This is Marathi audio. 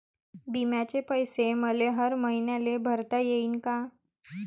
बिम्याचे पैसे मले हर मईन्याले भरता येईन का?